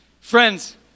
friends